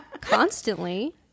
constantly